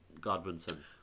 Godwinson